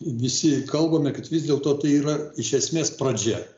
visi kalbame kad vis dėlto tai yra iš esmės pradžia